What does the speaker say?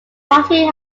party